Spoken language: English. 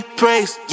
praise